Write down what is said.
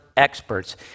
experts